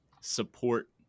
support